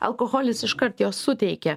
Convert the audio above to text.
alkoholis iškart jo suteikia